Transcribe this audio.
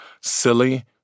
silly